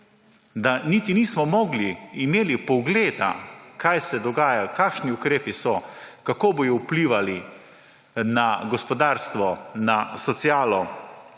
da niti nismo mogli imeti vpogleda, kaj se dogaja, kakšni ukrepi so, kako bodo vplivali na gospodarstvo, na socialo,